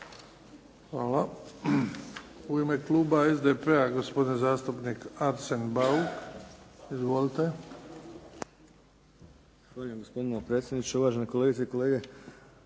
Hvala. U ime kluba SDP-a gospodin zastupnik Arsen Bauk. Izvolite. **Bauk, Arsen (SDP)** Gospodine predsjedniče, uvažene kolegice i kolege